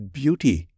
beauty